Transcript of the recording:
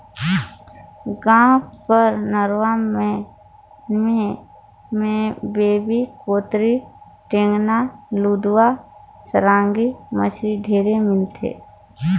गाँव कर नरूवा मन में बांबी, कोतरी, टेंगना, लुदवा, सरांगी मछरी ढेरे मिलथे